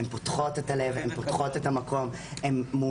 הן פותחות את הלב ואת המקום.